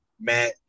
Matt